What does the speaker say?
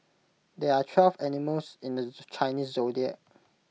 there are twelve animals in the Chinese Zodiac